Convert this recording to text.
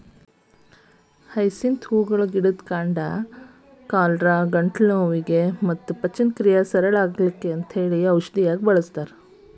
hyacinth ಹೂಗಳ ಗಿಡದ ಕಾಂಡವನ್ನ ಕಾಲರಾ, ಗಂಟಲು ನೋವಿಗೆ ಮತ್ತ ಪಚನಕ್ರಿಯೆ ಸರಳ ಆಗಾಕ ಔಷಧಿಯಾಗಿ ಬಳಸ್ತಾರ